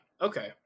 okay